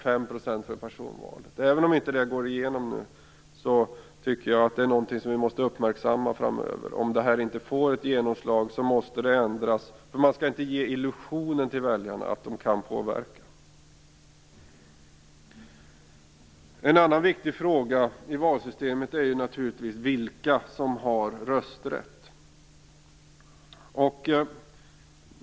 Även om det inte går igenom nu tycker jag att det är någonting som vi måste uppmärksamma framöver. Om det här inte får genomslag måste det ändras. Man skall inte ge väljarna en illusion av att de kan påverka. En annan viktig fråga när det gäller valsystemet är naturligtvis vilka som har rösträtt.